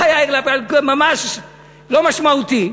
ממש לא משמעותי.